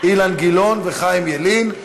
אילן גילאון וחיים ילין.